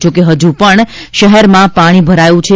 જોકે હજૂ પણ શહેરમાં પાણી ભરાય છે